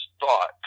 thought